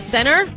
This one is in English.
Center